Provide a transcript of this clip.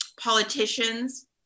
politicians